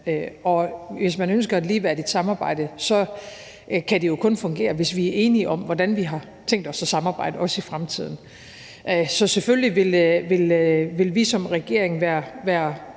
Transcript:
Og hvis man ønsker et ligeværdigt samarbejde, kan det jo kun fungere, hvis vi er enige om, hvordan vi har tænkt os at samarbejde, også i fremtiden. Så selvfølgelig vil vi som regering være